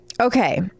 Okay